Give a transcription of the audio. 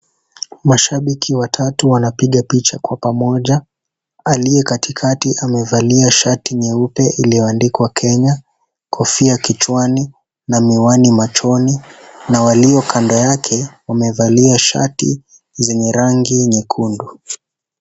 Mashabiki watatu wanapiga picha kwa pamoja. Aliyekatikati amevalia shati nyeupe iliyoandikwa Kenya kofia kichwani na miwani machoni na walio kando yake wamevalia shati zenye rangi nyekundu.